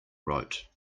wrote